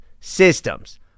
systems